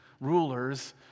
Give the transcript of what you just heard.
rulers